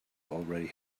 already